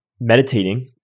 meditating